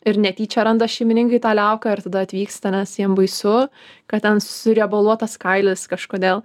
ir netyčia randa šeimininkai tą liauką ir tada atvyksta nes jiem baisu kad ten suriebaluotas kailis kažkodėl